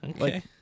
Okay